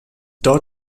dort